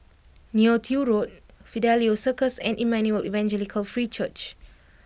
Neo Tiew Road Fidelio Circus and Emmanuel Evangelical Free Church